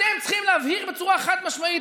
אתם צריכים להבהיר בצורה חד-משמעית: